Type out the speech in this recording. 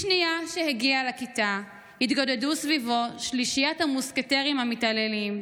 בשנייה שהגיע לכיתה התגודדו סביבו שלישיית המוסקטרים המתעללים,